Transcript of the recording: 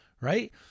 right